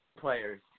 players